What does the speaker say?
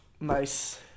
nice